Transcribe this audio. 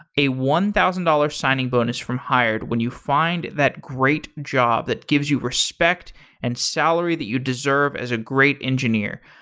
a one thousand dollars signing bonus from hired when you find that great job that gives you respect and salary that you deserve as a great engineer.